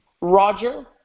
Roger